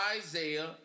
Isaiah